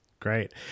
Great